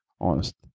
honest